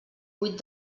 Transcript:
vuit